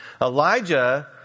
Elijah